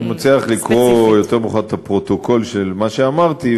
אני מציע לך לקרוא יותר מאוחר את הפרוטוקול של מה שאמרתי.